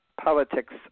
politics